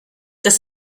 das